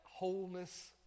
wholeness